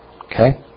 Okay